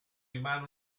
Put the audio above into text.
rimane